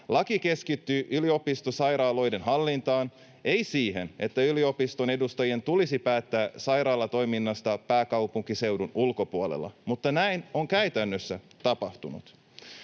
Laki keskittyy yliopistosairaaloiden hallintaan, ei siihen, että yliopiston edustajien tulisi päättää sairaalatoiminnasta pääkaupunkiseudun ulkopuolella. Mutta näin on käytännössä tapahtunut.